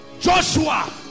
Joshua